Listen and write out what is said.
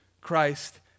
Christ